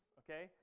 okay